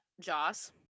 Joss